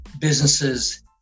businesses